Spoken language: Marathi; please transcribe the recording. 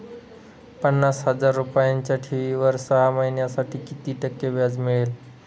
पन्नास हजार रुपयांच्या ठेवीवर सहा महिन्यांसाठी किती टक्के व्याज मिळेल?